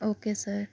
okay sir